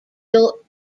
built